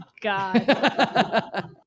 God